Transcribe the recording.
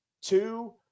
two